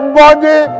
body